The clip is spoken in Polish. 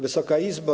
Wysoka Izbo!